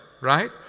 right